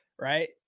right